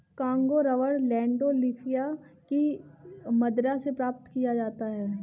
Congo rubber Landolphia की मदिरा से प्राप्त किया जाता है